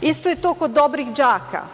Isto je to kod dobrih đaka.